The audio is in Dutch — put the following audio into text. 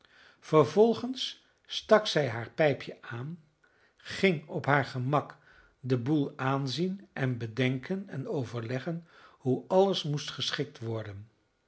vervolgens stak zij haar pijpje aan ging op haar gemak den boel aanzien en bedenken en overleggen hoe alles moest geschikt worden